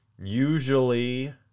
usually